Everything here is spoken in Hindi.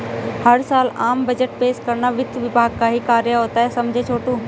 हर साल आम बजट पेश करना वित्त विभाग का ही कार्य होता है समझे छोटू